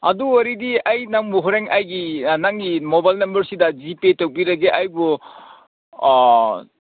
ꯑꯗꯨ ꯑꯣꯏꯔꯗꯤ ꯑꯩ ꯅꯪꯕꯨ ꯍꯣꯔꯦꯟ ꯑꯩꯒꯤ ꯅꯪꯒꯤ ꯃꯣꯕꯥꯏꯜ ꯅꯝꯕꯔꯁꯤꯗ ꯖꯤꯄꯦ ꯇꯧꯕꯤꯔꯒꯦ ꯑꯩꯕꯨ